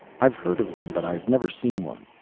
i've heard of them but i've never seen one.